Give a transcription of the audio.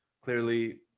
Clearly